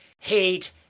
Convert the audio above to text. hate